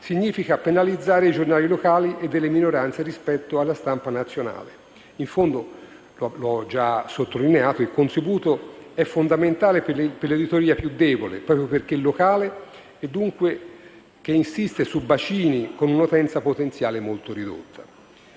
significa penalizzare i giornali locali e delle minoranze rispetto alla stampa nazionale. In fondo, come ho già sottolineato, il contributo è fondamentale per l'editoria più debole proprio perché locale e dunque insita su bacini con un'utenza potenziale molto ridotta.